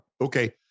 Okay